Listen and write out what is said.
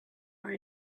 our